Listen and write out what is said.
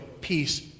peace